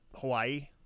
Hawaii